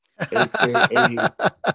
Aka